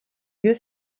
lieu